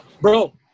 Bro